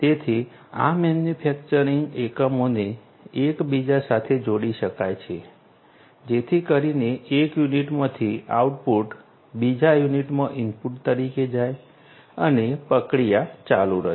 તેથી આ મેન્યુફેક્ચરિંગ એકમોને એકબીજા સાથે જોડી શકાય છે જેથી કરીને એક યુનિટમાંથી આઉટપુટ બીજા યુનિટમાં ઇનપુટ તરીકે જાય અને પ્રક્રિયા ચાલુ રહે